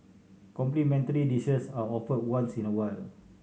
complimentary dishes are offered once in a while